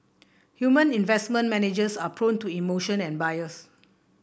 human investment managers are prone to emotion and bias